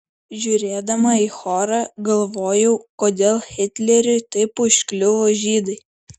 žiūrėdama į chorą galvojau kodėl hitleriui taip užkliuvo žydai